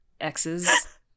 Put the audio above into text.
X's